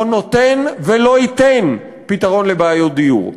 לא נותן ולא ייתן פתרון לבעיות דיור.